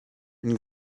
une